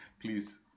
Please